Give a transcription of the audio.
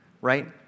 right